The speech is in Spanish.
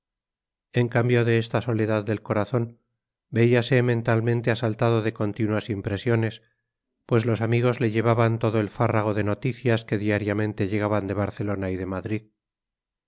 en cambio de esta soledad del corazón veíase mentalmente asaltado de continuas impresiones pues los amigos le llevaban todo el fárrago de noticias que diariamente llegaban de barcelona y de madrid